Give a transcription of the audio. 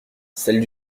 celles